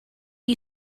you